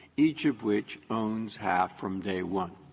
each of which owns half from day one.